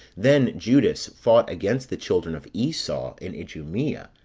then judas fought against the children of esau in idumea,